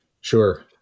Sure